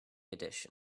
edition